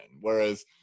Whereas